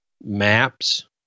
Maps